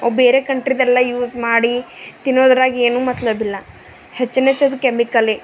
ಬೇರೆ ಕಂಟ್ರಿದೆಲ್ಲ ಯೂಸ್ ಮಾಡಿ ತಿನ್ನೋದ್ರಾಗ ಏನು ಮತ್ಲಬಿಲ್ಲ ಹೆಚ್ಚಿನ ಹೆಚ್ಚಿದ ಕೆಮಿಕಲ್ಲೇ